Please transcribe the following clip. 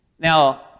Now